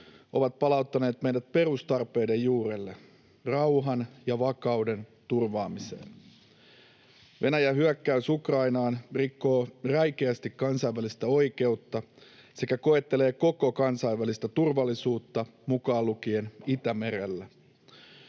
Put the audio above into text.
ovat palauttaneet meidät perustarpeiden juurelle: rauhan ja vakauden turvaamiseen. Venäjän hyökkäys Ukrainaan rikkoo räikeästi kansainvälistä oikeutta sekä koettelee koko kansainvälistä turvallisuutta mukaan lukien Itämerellä.